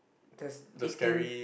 there's eighteen